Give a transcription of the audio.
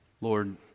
Lord